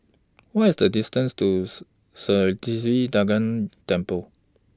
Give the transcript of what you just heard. What IS The distance Tooth Sri Siva Durga Temple